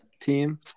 team